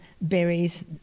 berries